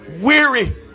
weary